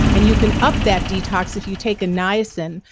and you can up that detox if you take a nice and.